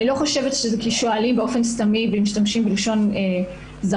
אני לא חושבת שזה כי שואלים באופן סתמי ומשתמשים בלשון זכר,